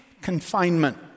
confinement